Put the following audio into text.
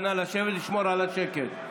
נא לשבת ולשמור על השקט.